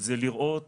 זה לראות